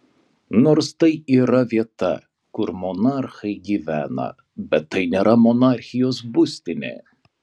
nors tai yra vieta kur monarchai gyvena bet tai nėra monarchijos būstinė